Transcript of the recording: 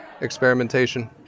experimentation